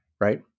Right